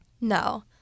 no